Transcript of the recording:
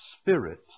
Spirit